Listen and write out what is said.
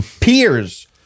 peers